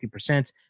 50%